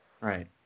Right